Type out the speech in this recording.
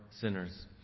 sinners